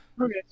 Okay